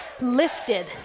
lifted